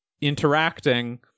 interacting